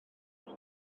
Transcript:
modd